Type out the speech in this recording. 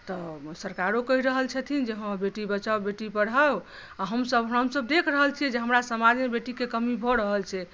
तऽ सरकारों कहि रहल छथिन जे हँ बेटी बचाओ बेटी पढ़ाओ आ हमसभ हमसभ देख रहल छियै जे हमरा समाजमे बेटीके कमी भऽ रहल अछि